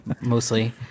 mostly